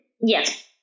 Yes